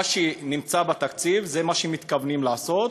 מה שנמצא בתקציב זה מה שמתכוונים לעשות,